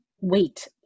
wait